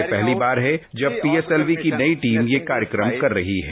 यह पहली बार है जब पीएसएलवी की नई टीम यह कार्यक्रम कर रही है